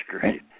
great